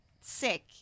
sick